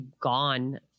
gone